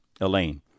Elaine